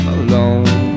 alone